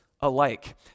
alike